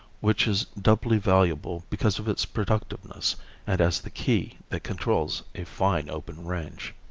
which is doubly valuable because of its productiveness and as the key that controls a fine open range.